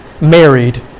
married